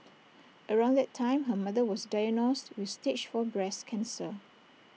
around that time her mother was diagnosed with stage four breast cancer